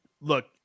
Look